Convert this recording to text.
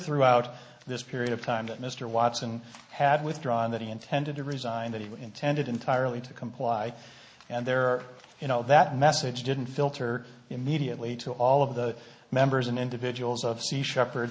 throughout this period of time that mr watson had withdrawn that he intended to resign that he intended entirely to comply and there you know that message didn't filter immediately to all of the members and individuals of sea shepherd